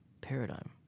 paradigm